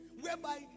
whereby